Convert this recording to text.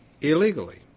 illegally